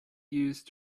used